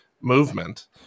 movement